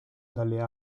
dalle